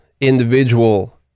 individual